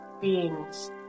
beings